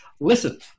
listen